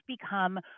become